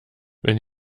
wenn